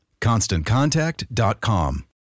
Constantcontact.com